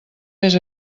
més